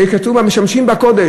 היה כתוב "המשמשים בקודש",